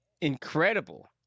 incredible